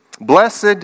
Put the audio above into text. Blessed